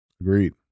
Agreed